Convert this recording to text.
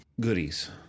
goodies